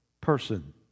person